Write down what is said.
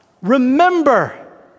Remember